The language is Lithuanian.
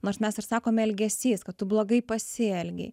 nors mes ir sakom elgesys kad tu blogai pasielgei